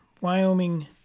Wyoming